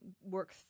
work